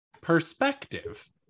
perspective